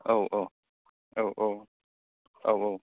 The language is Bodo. औ औ औ औ औ औ